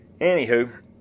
Anywho